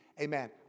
amen